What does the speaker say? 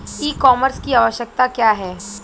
ई कॉमर्स की आवशयक्ता क्या है?